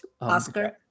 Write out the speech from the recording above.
Oscar